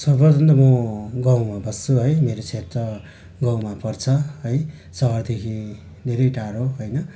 सर्वप्रथम त म गाउँमा बस्छु है मेरो क्षेत्र गाउँमा पर्छ है सहरदेखि धेरै टाढो होइन